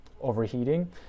overheating